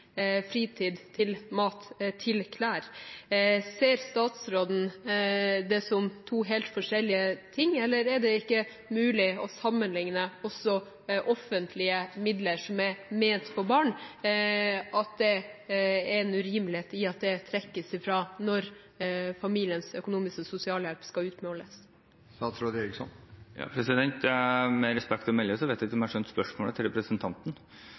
fritid, til mat, til klær. Ser statsråden det som to helt forskjellige ting, eller er det ikke mulig å sammenligne offentlige midler som er ment for barn, at det er en urimelighet i at det trekkes fra når familiens økonomi og sosialhjelp skal utmåles? Med respekt å melde, vet jeg ikke om jeg skjønte spørsmålet til representanten,